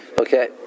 Okay